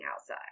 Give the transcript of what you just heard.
outside